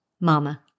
Mama